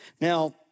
Now